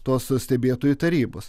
tos stebėtojų tarybos